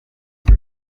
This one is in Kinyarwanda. giti